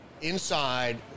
inside